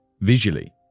visually